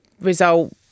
result